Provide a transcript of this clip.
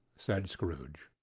said scrooge.